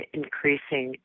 increasing